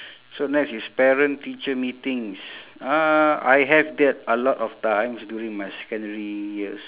so next is parent teacher meetings uh I have that a lot of times during my secondary years